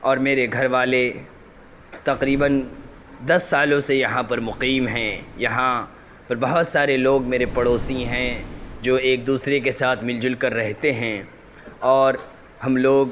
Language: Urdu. اور میرے گھر والے تقریباً دس سالوں سے یہاں پر مقیم ہیں یہاں پر بہت سارے لوگ میرے پڑوسی ہیں جو ایک دوسرے کے ساتھ مل جل کر رہتے ہیں اور ہم لوگ